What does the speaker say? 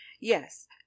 yes